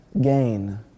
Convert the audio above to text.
gain